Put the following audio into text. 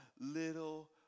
little